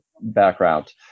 background